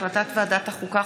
החלטת ועדת החוקה,